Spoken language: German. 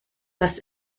dass